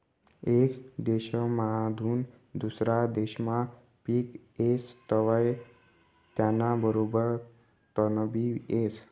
येक देसमाधून दुसरा देसमा पिक येस तवंय त्याना बरोबर तणबी येस